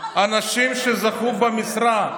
אנשים שזכו במשרה.